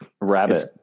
rabbit